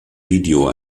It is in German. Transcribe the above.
video